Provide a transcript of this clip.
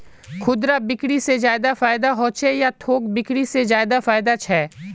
खुदरा बिक्री से ज्यादा फायदा होचे या थोक बिक्री से ज्यादा फायदा छे?